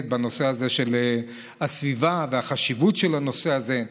בנושא של הסביבה והחשיבות של הנושא הזה.